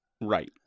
right